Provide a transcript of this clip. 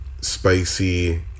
spicy